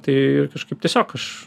tai ir kažkaip tiesiog aš